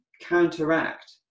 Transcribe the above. counteract